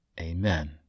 Amen